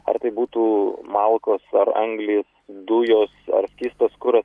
ar tai būtų malkos ar anglys dujos ar skystas kuras